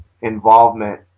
involvement